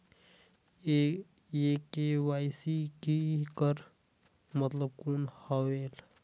ये के.वाई.सी कर मतलब कौन होएल?